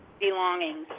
belongings